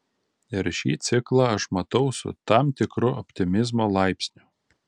ir šį ciklą aš matau su tam tikru optimizmo laipsniu